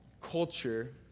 culture